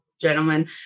gentlemen